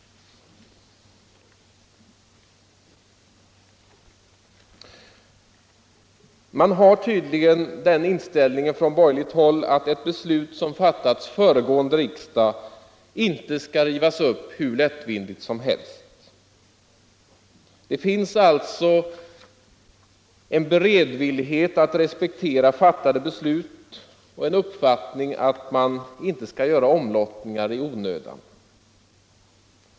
Man har tydligen den inställningen från borgerligt håll att ett beslut som fattats föregående riksdag inte skall rivas upp hur lättvindigt som helst. Det finns alltså en beredvillighet att respektera fattade beslut och en uppfattning att man inte skall göra omlottningar i onödan.